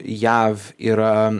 jav yra